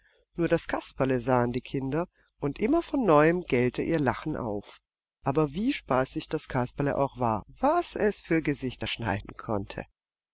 nur das kasperle sahen die kinder und immer von neuem gellte ihr lachen auf aber wie spaßig das kasperle auch war was es für gesichter schneiden konnte